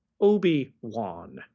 Obi-Wan